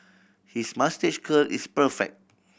his moustache curl is perfect